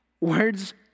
words